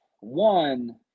One